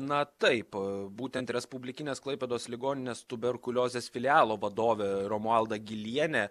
na taip būtent respublikinės klaipėdos ligoninės tuberkuliozės filialo vadovė romualda gilienė